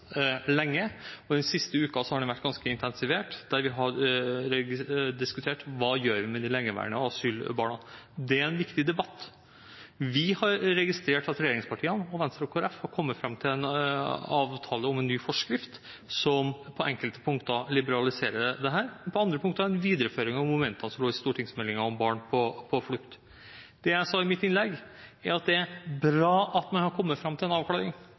lenge, og i den siste uken har den vært ganske intensivert, der vi har diskutert hva vi gjør med de lengeværende asylbarna. Det er en viktig debatt. Vi har registrert at regjeringspartiene, Venstre og Kristelig Folkeparti har kommet fram til en avtale om en ny forskrift som på enkelte punkter liberaliserer dette. På andre punkter er det en videreføring av momenter som lå i stortingsmeldingen Barn på flukt. Det jeg sa i mitt innlegg, var at det er bra at vi har kommet fram til en avklaring.